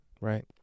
right